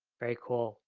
very cool.